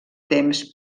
temps